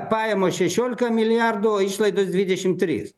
pajamos šešiolika milijardų o išlaidos dvidešim trys